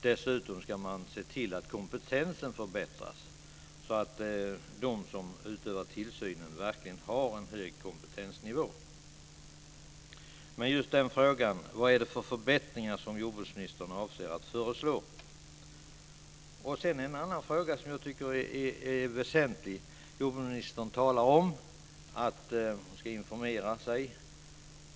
Dessutom ska man se till att kompetensen förbättras så att de som utövar tillsynen verkligen har en hög kompetensnivå. Men frågan är alltså: Vad är det för förbättringar som jordbruksministern avser att föreslå? Sedan finns det en annan fråga som jag tycker är väsentlig. Jordbruksministern talar om att hon ska informera sig.